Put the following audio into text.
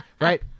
Right